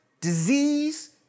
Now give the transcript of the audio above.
disease